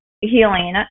healing